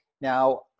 Now